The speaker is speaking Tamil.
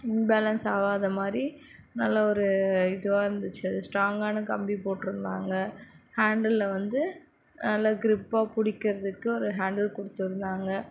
பேலன்ஸ் ஆகாத மாதிரி நல்ல ஒரு இதுவாக இருந்துச்சு அது ஸ்டாங்கானா கம்பி போட்டிருந்தாங்க ஹாண்டிலில் வந்து நல்ல க்ரிப்பாக பிடிக்கிறதுக்கு ஒரு ஹாண்டில் கொடுத்துருந்தாங்க